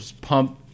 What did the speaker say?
pump